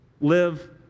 Live